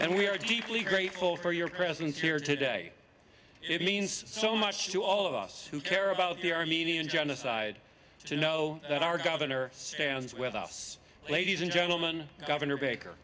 and we are deeply grateful for your presence here today it means so much to all of us who care about the armenian genocide to know that our governor stands with us ladies and gentleman governor baker